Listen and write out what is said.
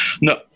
No